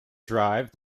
drive